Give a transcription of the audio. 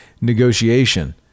negotiation